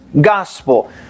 gospel